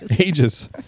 Ages